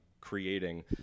creating